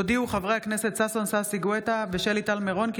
הודיעו חברי הכנסת ששון ששי גואטה ושלי טל מירון כי